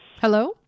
Hello